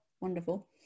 wonderful